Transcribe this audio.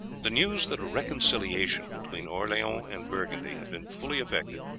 the news that a reconciliation between orleans and burgundy had been fully effected,